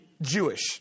Jewish